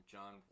John